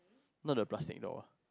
not the plastic doll